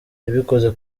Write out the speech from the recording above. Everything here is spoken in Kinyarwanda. yabikoze